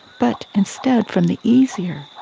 but instead from the easier,